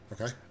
Okay